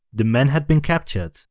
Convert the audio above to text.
the men had been capured,